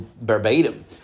verbatim